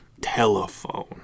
telephone